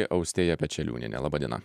austėja pečeliūnienė laba diena